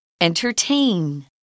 Entertain